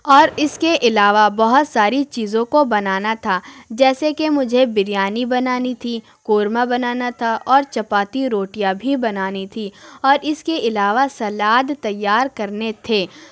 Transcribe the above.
اور اس کے علاوہ بہت ساری چیزوں کو بنانا تھا جیسے کہ مجھے بریانی بنانی تھی قورمہ بنانا تھا اور چپاتی روٹیاں بھی بنانی تھی اور اس کے علاوہ سلاد تیار کرنے تھے